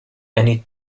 any